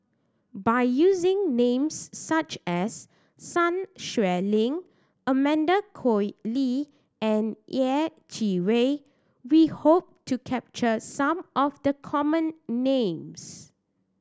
by using names such as Sun Xueling Amanda Koe Lee and Yeh Chi Wei we hope to capture some of the common names